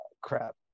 crap